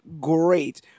great